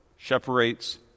separates